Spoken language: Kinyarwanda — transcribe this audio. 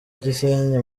gisenyi